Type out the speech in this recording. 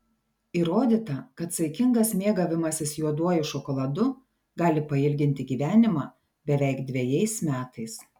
įrodyta kad saikingas mėgavimasis juoduoju šokoladu gali pailginti gyvenimą beveik dvejais metais